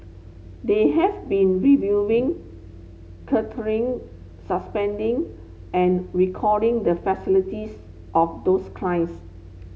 they have been reviewing curtailing suspending and recalling the facilities of those clients